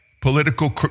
political